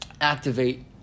activate